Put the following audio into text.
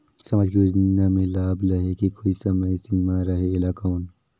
समाजिक योजना मे लाभ लहे के कोई समय सीमा रहे एला कौन?